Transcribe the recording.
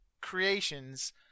creations